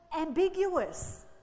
ambiguous